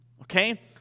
okay